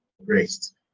raised